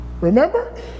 remember